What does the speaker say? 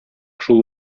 шул